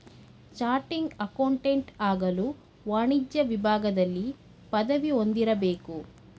ಚಾಟಿಂಗ್ accountant ಆಗಲು ವಾಣಿಜ್ಯ ವಿಭಾಗದಲ್ಲಿ ಪದವಿ ಹೊಂದಿರಬೇಕು